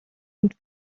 und